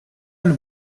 and